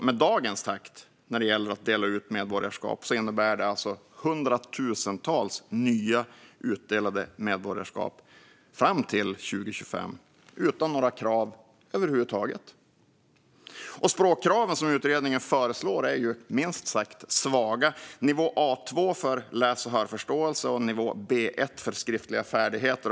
Med dagens takt när det gäller att dela ut medborgarskap innebär det att hundratusentals nya medborgarskap kommer att delas ut fram till 2025 utan några krav över huvud taget. Språkkraven som utredningen föreslår är minst sagt svaga - nivå A2 för läs och hörförståelse och nivå B1 för skriftliga färdigheter.